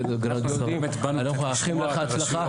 אני מאחל לך הצלחה,